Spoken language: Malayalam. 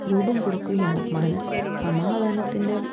രൂപം കൊടുക്കുകയാണ് മനസ്സ് സമാധാനത്തിൻ്റെ